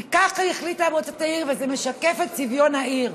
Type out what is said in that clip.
כי כך החליטה מועצת העיר, וזה משקף את צביון העיר.